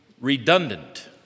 redundant